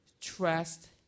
trust